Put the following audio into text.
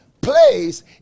place